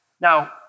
Now